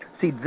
See